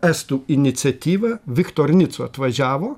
estų iniciatyva viktor nico atvažiavo